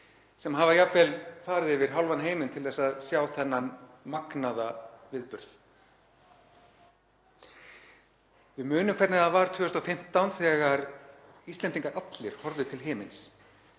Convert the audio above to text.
sem hafa jafnvel farið yfir hálfan heiminn til að sjá þennan magnaða viðburð. Við munum hvernig það var 2015 þegar Íslendingar allir horfðu til himins.